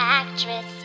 actress